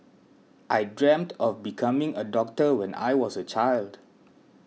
I dreamt of becoming a doctor when I was a child